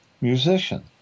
musician